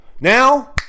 Now